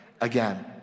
again